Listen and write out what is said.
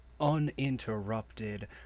uninterrupted